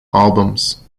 albums